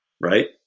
right